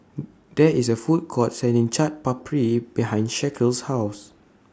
There IS A Food Court Selling Chaat Papri behind Shaquille's House